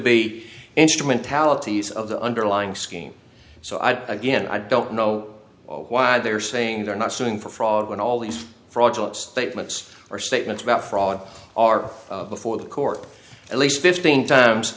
be instrumentalities of the underlying scheme so i again i don't know why they're saying they're not suing for fraud when all these fraudulent statements are statements about fraud are before the court at least fifteen times